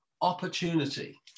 opportunity